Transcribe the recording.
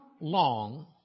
long